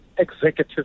executive